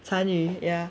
参与 ya